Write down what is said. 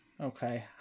Okay